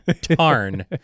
Tarn